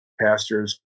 pastors